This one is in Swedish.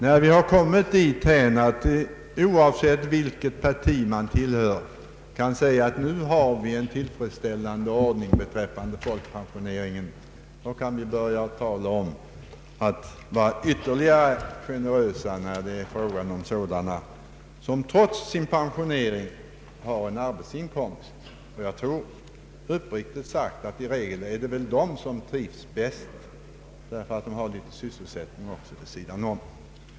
När vi kommit dithän att man oavsett vilket parti man tillhör kan säga att vi har en tillfredsställande ordning beträffande förtidspensioneringen, då kan man börja tala om ytterligare generositet beträffande dem som trots sin pensionering har en arbetsinkomst. Uppriktigt sagt tror jag dessa personer i regel trivs bäst just därför att de har någon liten sysselsättning vid sidan om.